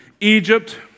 Egypt